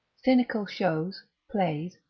scenical shows, plays,